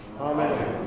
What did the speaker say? Amen